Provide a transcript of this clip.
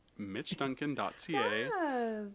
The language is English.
MitchDuncan.ca